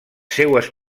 seues